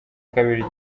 kabiri